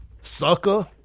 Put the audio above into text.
sucker